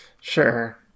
Sure